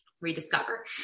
rediscover